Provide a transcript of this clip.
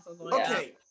Okay